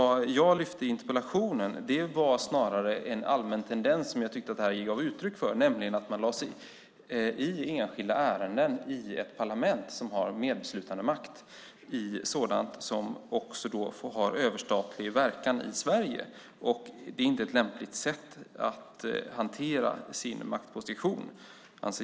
Det jag lyfte fram i interpellationen var snarare en allmän tendens som jag tycker att det här gav uttryck för, nämligen att man lade sig i enskilda ärenden i ett parlament som har medbeslutande makt i sådant som också har överstatlig verkan i Sverige. Jag anser inte att det är ett lämpligt sätt att hantera sin maktposition.